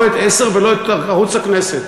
לא את ערוץ 10 ולא את ערוץ הכנסת.